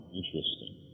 interesting